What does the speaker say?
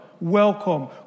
welcome